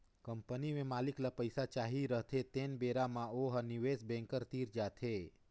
company में मालिक ल पइसा चाही रहथें तेन बेरा म ओ ह निवेस बेंकर तीर जाथे